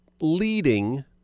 leading